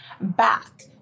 back